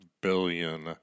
billion